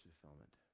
fulfillment